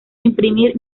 imprimir